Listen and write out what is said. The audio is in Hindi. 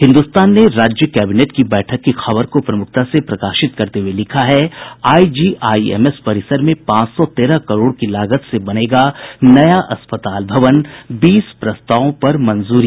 हिन्दुस्तान ने राज्य कैबिनेट की बैठक की खबर को प्रमुखता से प्रकाशित करते हुये लिखा है आईजीआईएमएस परिसर में पांच सौ तेरह करोड़ की लागत से बनेगा नया अस्पताल भवन बीस प्रस्तावों पर मंजूरी